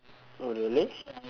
oh really